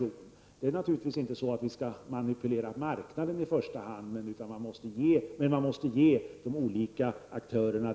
Vi skall naturligtvis inte manipulera marknaden i första hand, men man måste ge de olika aktörerna